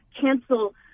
cancel